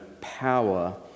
power